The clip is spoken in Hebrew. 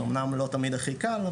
זה אמנם לא תמיד הכי קל,